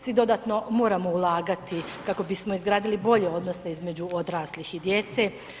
Svi dodatno moramo ulagati kako bismo izgradili bolje odnose između odraslih i djece.